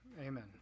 amen